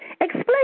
explain